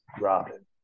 Robin